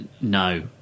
no